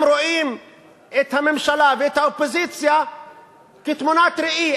הממשלה ואת האופוזיציה כתמונת ראי.